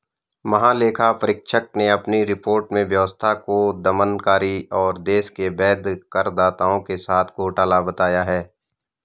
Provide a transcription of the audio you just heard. महालेखा परीक्षक ने अपनी रिपोर्ट में व्यवस्था को दमनकारी और देश के वैध करदाताओं के साथ घोटाला बताया है